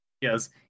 Yes